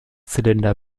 zylinder